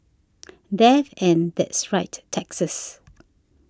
death and that's right taxes